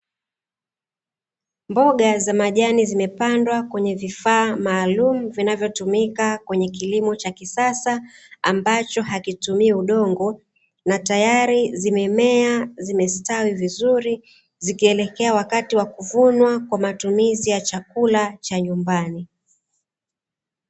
Mboga za majani zimepandwa kwenye vifaa maalumu, vinavyotumika kwenye kilimo cha kisasa, ambacho hakitumii udongo na tayari zimemea, zimestawi vizuri zikielekea wakati wakuvunwa kwa matumizi ya chakula cha nyumbani.